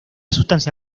sustancia